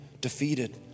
defeated